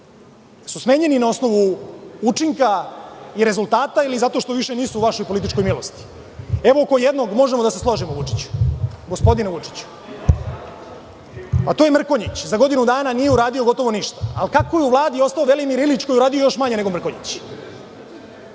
su smenjeni na osnovu učinka i rezultata ili zato što više nisu u vašoj političkoj milosti? Evo, oko jednog možemo da se složimo, gospodine Vučiću, a to je Mrkonjić. Za godinu dana nije uradio gotovo ništa. Ali, kako je u Vladi ostao Velimir Ilić, koji je uradio još manje nego Mrkonjić?